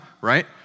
right